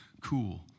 cool